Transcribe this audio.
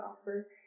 offer